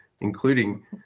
including